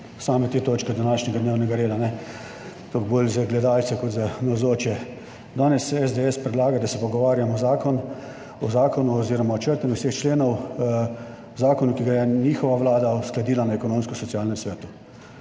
same te točke današnjega dnevnega reda, toliko bolj za gledalce, kot za navzoče. Danes se SDS predlaga, da se pogovarjamo o zakonu oziroma o črtanju vseh členov v zakonu, ki ga je njihova vlada uskladila na Ekonomsko-socialnem svetu.